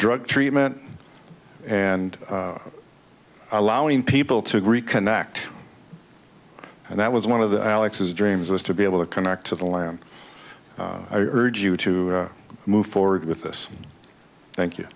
drug treatment and allowing people to agree can act and that was one of the alex's dreams was to be able to connect to the land i urge you to move forward with this thank you